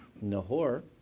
Nahor